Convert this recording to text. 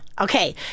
Okay